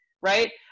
right